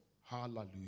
Hallelujah